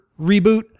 reboot